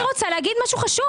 אני רוצה להגיד משהו חשוב.